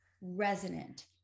resonant